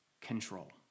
control